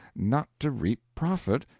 not to reap profit,